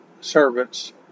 servants